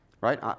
Right